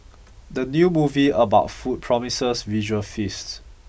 the new movie about food promises visual feast